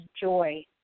joy